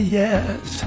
yes